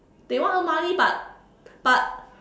they want earn money but but